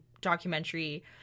documentary